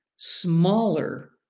smaller